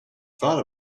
thought